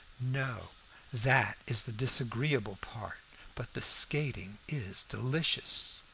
no that is the disagreeable part but the skating is delicious.